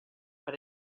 but